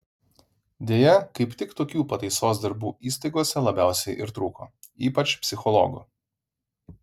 deja kaip tik tokių pataisos darbų įstaigose labiausiai ir trūko ypač psichologų